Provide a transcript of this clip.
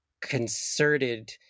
concerted